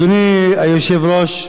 אדוני היושב-ראש,